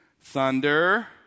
thunder